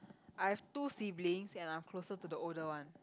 I've two siblings and I'm closer to the older one